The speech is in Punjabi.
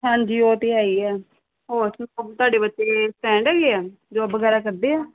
ਹਾਂਜੀ ਉਹ ਤਾਂ ਹੈ ਹੀ ਹੈ ਹੋਰ ਤੁਹਾਡੇ ਬੱਚੇ ਸਟੈਂਡ ਹੈਗੇ ਆ ਜੋਬ ਵਗੈਰਾ ਕਰਦੇ ਆ